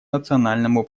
национальному